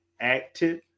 active